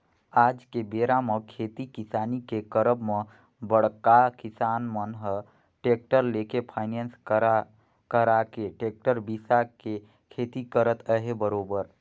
आज के बेरा म खेती किसानी के करब म बड़का किसान मन ह टेक्टर लेके फायनेंस करा करा के टेक्टर बिसा के खेती करत अहे बरोबर